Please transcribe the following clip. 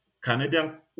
Canadian